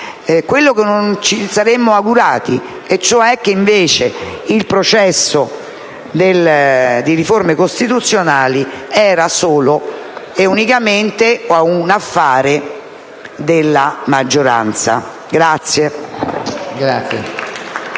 quello che non ci saremmo augurati, cioè che invece il processo di riforme costituzionali era solo e unicamente un affare della maggioranza.